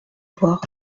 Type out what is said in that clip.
voir